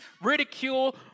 ridicule